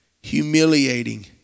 humiliating